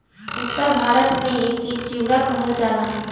उत्तर भारत में एके चिवड़ा कहल जाला